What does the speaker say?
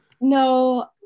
No